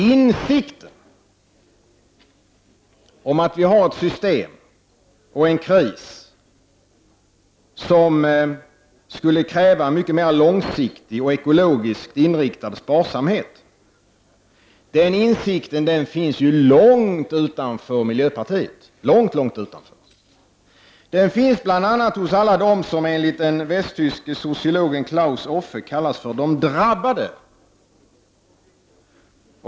Insikten om ett system och en kris som skulle kräva en mycket mer långsiktigt och ekologiskt inriktad sparsamhet finns långt utanför miljöpartiet. Den finns hos alla dem som enligt den västtyske sociologen Claus Offe kunde kallas för de drabbade.